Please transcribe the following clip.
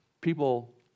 people